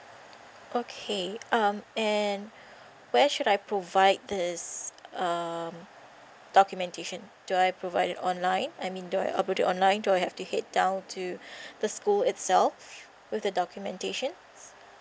okay um and where should I provide these um documentation do I provide it online I mean do I upload it online do I have to head down to the school itself with the documentation